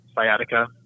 sciatica